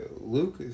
Luke